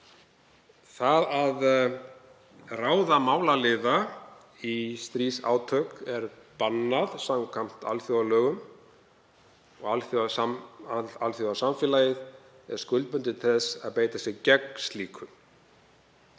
er að ráða málaliða í stríðsátök samkvæmt alþjóðalögum og alþjóðasamfélagið er skuldbundið til að beita sér gegn slíku.